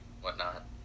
whatnot